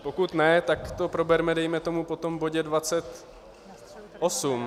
Pokud ne, tak to proberme dejme tomu po tom bodě 28.